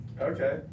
Okay